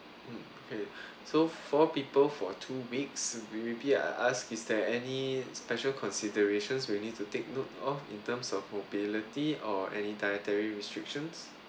mm okay so four people for two weeks we repeat I ask is there any special considerations we'll need to take note of in terms of mobility or any dietary restrictions